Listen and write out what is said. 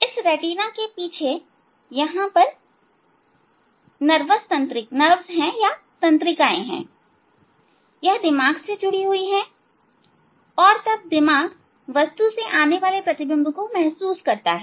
यह दृष्टि पटल इसके पीछे यहां नर्वस तंत्रिकाए हैं यह दिमाग से जुड़ी हुई हैं और तब दिमाग वस्तु से आने वाले प्रतिबिंब को महसूस करता है